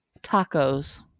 Tacos